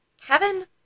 Kevin